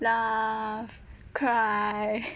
laugh cry